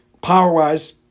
Power-wise